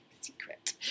secret